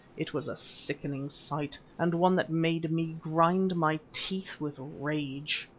it was a sickening sight, and one that made me grind my teeth with rage.